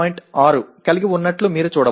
6 కలిగి ఉన్నట్లు మీరు చూడవచ్చు